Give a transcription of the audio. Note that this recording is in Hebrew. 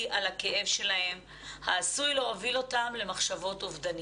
על הכאב שלהם העשוי להוביל אותם למחשבות אובדניות.